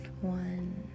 One